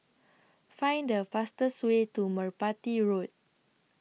Find The fastest Way to Merpati Road